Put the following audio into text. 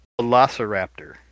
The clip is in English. Velociraptor